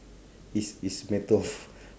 is is matter of